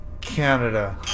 Canada